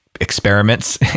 experiments